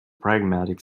pragmatic